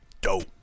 Dope